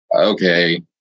okay